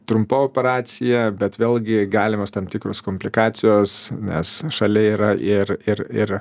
trumpa operacija bet vėlgi galimos tam tikros komplikacijos nes šalia yra ir ir ir